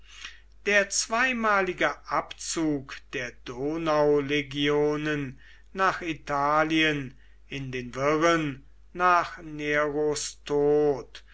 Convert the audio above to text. der zweimalige abzug der donaulegionen nach italien in den wirren nach neros tod